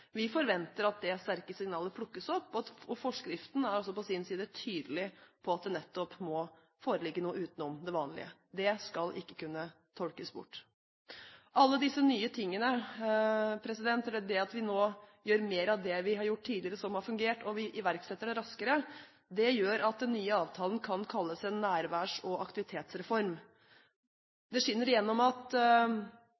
Vi forventer at det sterke signalet plukkes opp, og forskriften er på sin side tydelig på at det nettopp må foreligge noe utenom det vanlige. Det skal ikke kunne tolkes bort. Det at vi nå gjør mer av det vi har gjort tidligere som har fungert, og at vi iverksetter det raskere, gjør at den nye avtalen kan kalles en nærværs- og aktivitetsreform.